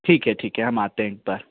ठीक है ठीक है हम आते हैं एक बार